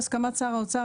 בהסכמת שר האוצר,